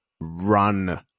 Run